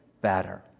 better